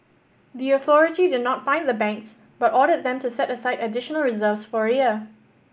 the authority did not fine the banks but ordered them to set aside additional reserves for a year